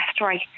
right